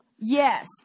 Yes